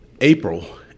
april